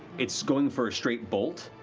it's going for a straight bolt,